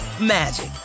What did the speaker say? magic